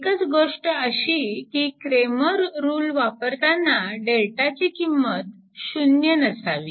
एकच गोष्ट अशी की क्रेमर रुल वापरताना डेल्टाची किंमत 0 नसावी